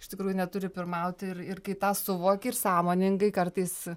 iš tikrųjų neturi pirmauti ir ir kai tą suvoki ir sąmoningai kartais